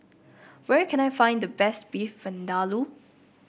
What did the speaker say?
where can I find the best Beef Vindaloo